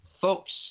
Folks